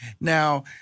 Now